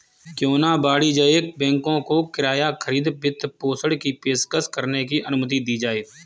क्यों न वाणिज्यिक बैंकों को किराया खरीद वित्तपोषण की पेशकश करने की अनुमति दी जाए